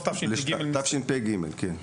נכון.